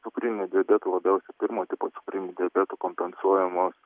cukriniu diabetu labiausia pirmo tipo cukriniu diabetu kompensuojamos